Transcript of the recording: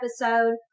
episode